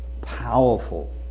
powerful